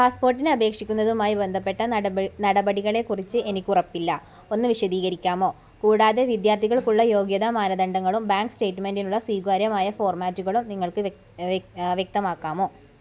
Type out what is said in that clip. പാസ്പോർട്ടിന് അപേക്ഷിക്കുന്നതുമായി ബന്ധപ്പെട്ട നടപ നടപടികളെ കുറിച്ച് എനിക്ക് ഉറപ്പില്ല ഒന്ന് വിശദീകരിക്കാമോ കൂടാതെ വിദ്യാർത്ഥികൾക്കുള്ള യോഗ്യതാ മാനദണ്ഡങ്ങളും ബാങ്ക് സ്റ്റേറ്റ്മെൻ്റിനുള്ള സ്വീകാര്യമായ ഫോർമാറ്റുകളും നിങ്ങൾക്ക് വ്യക്തമാക്കാമോ